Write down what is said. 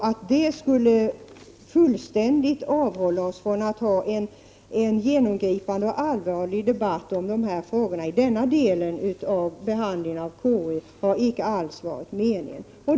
Att det fullständigt skulle avhålla oss från att ha en genomgripande och allvarlig debatt om dessa frågor i denna del av behandlingen av KU:s betänkande har inte alls varit meningen.